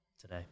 today